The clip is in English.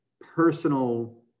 personal